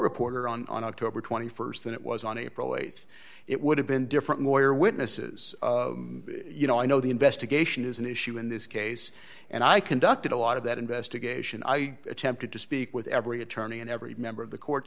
reporter on on october st than it was on april th it would have been different more witnesses you know i know the investigation is an issue in this case and i conducted a lot of that investigation i attempted to speak with every attorney and every member of the court